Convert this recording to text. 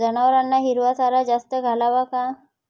जनावरांना हिरवा चारा जास्त घालावा का?